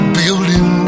building